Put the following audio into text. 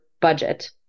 budget